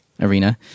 Arena